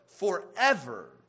Forever